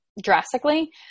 drastically